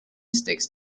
sticks